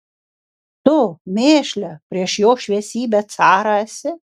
tu mėšle prieš jo šviesybę carą esi